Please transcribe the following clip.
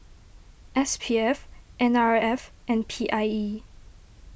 S P F N R F and P I E